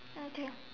okay